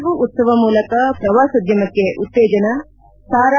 ಕೊಡಗು ಉತ್ಸವ ಮೂಲಕ ಪ್ರವಾಸೋದ್ವಮಕ್ಕೆ ಉತ್ತೇಜನ ಸಾ